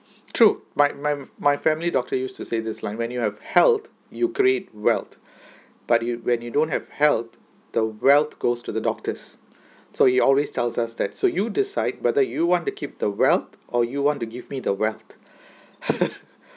true my my my family doctor used to say this line when you have health you create wealth but you when you don't have health the wealth goes to the doctors so he always tells us that so you decide whether you want to keep the wealth or you want to give me the wealth